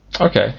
Okay